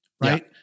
right